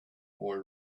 boy